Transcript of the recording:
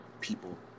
people